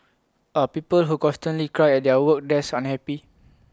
are people who constantly cry at their work desk unhappy